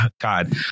God